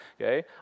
Okay